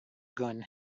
gun